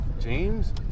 James